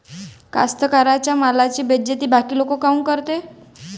कास्तकाराइच्या मालाची बेइज्जती बाकी लोक काऊन करते?